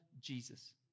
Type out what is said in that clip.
Jesus